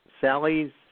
Sally's